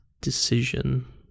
decision